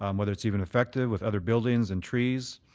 um whether it's even effective with other buildings and trees.